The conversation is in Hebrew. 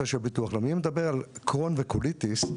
אם נדבר על קרוהן וקוליטיס,